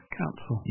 council